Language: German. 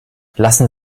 lassen